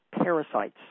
parasites